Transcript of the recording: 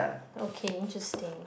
okay interesting